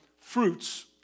fruits